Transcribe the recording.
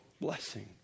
blessing